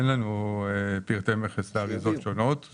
אין לנו פרטי מכס לאריזות שונות,